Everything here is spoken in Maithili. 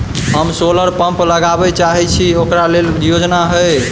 हम सोलर पम्प लगाबै चाहय छी ओकरा लेल योजना हय?